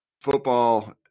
football